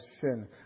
sin